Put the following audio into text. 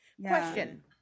question